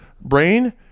Brain